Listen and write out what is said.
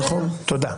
נכון, תודה.